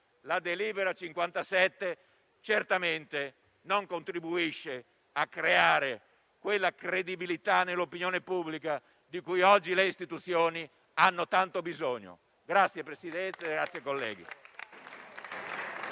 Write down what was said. la delibera n. 57, certamente non contribuisce a creare quella credibilità nell'opinione pubblica di cui oggi le istituzioni hanno tanto bisogno.